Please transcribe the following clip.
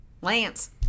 Lance